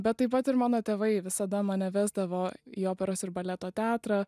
bet taip pat ir mano tėvai visada mane vesdavo į operos ir baleto teatrą